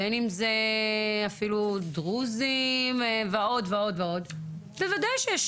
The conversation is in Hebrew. דרוזים ועוד בוודאי שיש